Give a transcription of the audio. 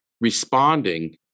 responding